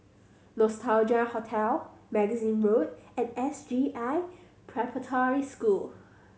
Nostalgia Hotel Magazine Road and S J I Preparatory School